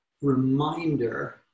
reminder